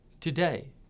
Today